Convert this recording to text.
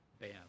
bam